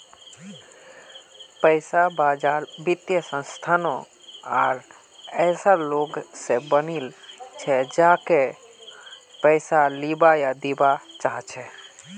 पैसा बाजार वित्तीय संस्थानों आर ऐसा लोग स बनिल छ जेको पैसा लीबा या दीबा चाह छ